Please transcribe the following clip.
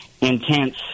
intense